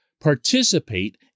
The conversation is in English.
participate